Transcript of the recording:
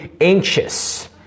anxious